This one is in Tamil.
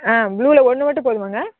ஆ ப்ளூவில் ஒன்று மட்டும் போதுமாங்க